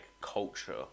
culture